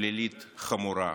פלילית חמורה.